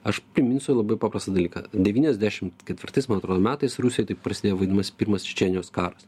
aš priminsiu labai paprastą dalyką devyniasdešimt ketvirtais man atrodo metais rusijoj taip prasidėjo vadinamas pirmas čečėnijos karas